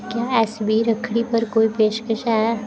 क्या ऐस्सबी रक्खड़ी पर कोई पेशकश है